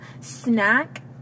snack